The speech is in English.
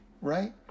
right